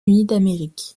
américains